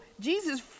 Jesus